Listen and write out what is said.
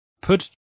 put